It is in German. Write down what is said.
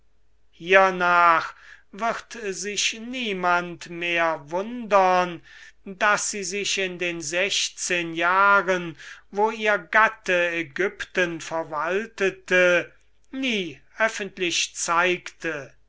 hiernach wird sich niemand mehr wundern daß sie sich in den sechzehn jahren wo ihr gatte aegypten verwaltete nie öffentlich zeigte